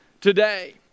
today